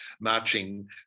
marching